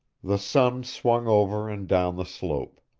the sun swung over and down the slope.